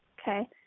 Okay